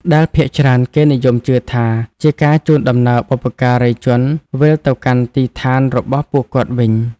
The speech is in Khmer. ដែលភាគច្រើនគេនិយមជឿថា ជាការជូនដំណើរបុព្វការីជនវិញទៅកាន់ទីឋានរបស់ពួកគាត់វិញ។